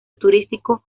turístico